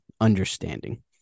understanding